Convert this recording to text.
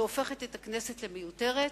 שהופכת את הכנסת למיותרת,